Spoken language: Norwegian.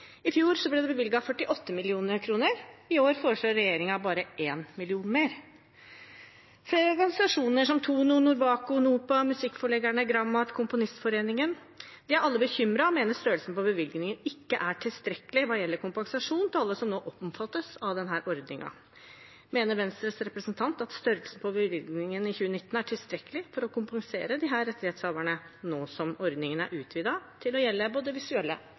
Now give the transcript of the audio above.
I fjor ble det bevilget 48 mill. kr, i år foreslår regjeringen bare 1 mill. kr mer. Flere organisasjoner, som TONO, Norwaco, NOPA, musikkforleggerne, GramArt og Komponistforeningen, er alle bekymret og mener størrelsen på bevilgningen ikke er tilstrekkelig hva gjelder kompensasjon til alle som nå omfattes av denne ordningen. Mener Venstres representant at størrelsen på bevilgningen for 2019 er tilstrekkelig til å kompensere disse rettighetshaverne nå som ordningen er utvidet til å gjelde både visuelle